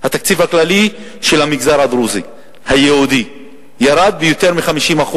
התקציב הכללי הייעודי של המגזר הדרוזי ירד ביותר מ-50%,